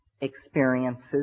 experiences